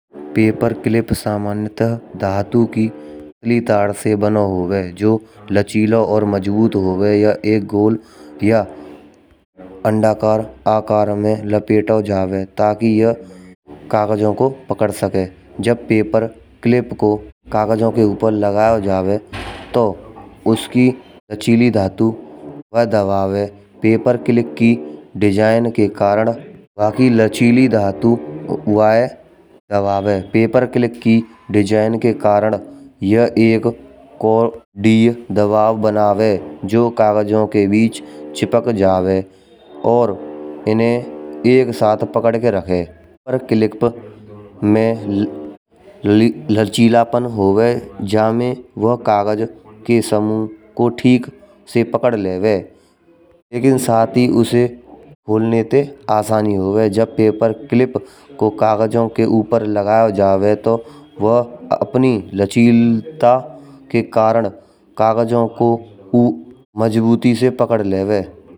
Paper clip समान्यता धातु की पतली तार से बना होवे, जो लचीला या मजबूती होवे या एक गोल या अंडाकार आकार में लपेटा जाबो, ताकि ये कागजों को पकड़ सके। जब पेपर क्लिप को कागजों के ऊपर लगाया जावे, तो उसकी लचीली धातु वाये दबावे पेपर क्लिप को डिज़ाइन के कारण यहाँ एक कोर्डी दबाव बनेवे। जो कागजों के बीच चिपक जावे और इन्हें एक साथ पकड़कर रखे। पेपर क्लिप में लचीलापन होवे, जामे वहाँ कागज के समूह को ठीक से पकड़ लेवे लेकिन साथ ही उसे खोलने में आसानी होवे। जब पेपर क्लिप को कागजों के ऊपर लगाया जावे तो वह अपनी लचीलीता के कारण कागजों को मजबूती से पकड़ लेवे।